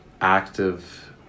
active